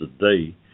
today